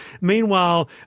Meanwhile